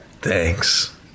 Thanks